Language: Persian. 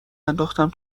انداختم